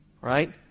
Right